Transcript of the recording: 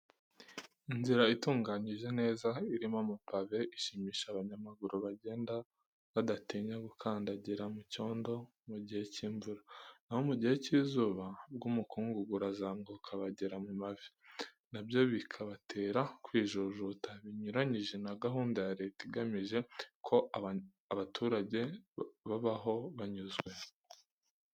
Inzira itunganije neza irimo amapave ishimisha abanyamaguru bagenda badatinya gukandagira mu cyondo mu gihe cy'imvura, na ho mu gihe cy'izuba bwo umukungugu urazamuka ukabagera mu mavi, na byo bikabatera kwijujuta; binyuranyije na gahunda ya Leta igamije ko abaturage babaho banyuzwe.